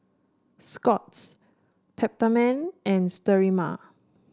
Scott's Peptamen and Sterimar